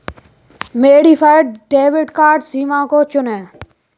modified debit card सीमा को चुनें